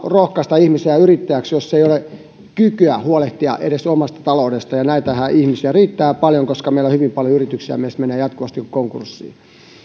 rohkaista ihmisiä yrittäjäksi jos ei ole kykyä huolehtia edes omasta taloudestaan ja näitähän ihmisiä riittää paljon koska meillä hyvin paljon yrityksiä myös menee jatkuvasti konkurssiin